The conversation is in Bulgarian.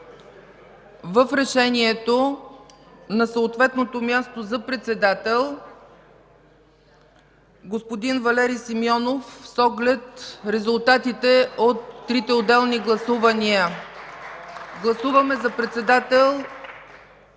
в Решението на съответното място за председател господин Валери Симеонов, с оглед резултатите от трите отделни гласувания. (Възгласи от „Атака”: